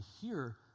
hear